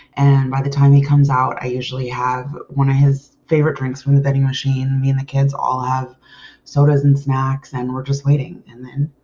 and by the time he comes out, i usually have one of his favorite drinks from the vending machine. me and the kids all have sodas and snacks and we're just waiting. and then,